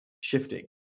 shifting